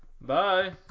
bye